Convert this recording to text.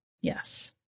Yes